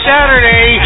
Saturday